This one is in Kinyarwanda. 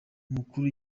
umukuru